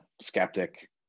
skeptic